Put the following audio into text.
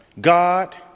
God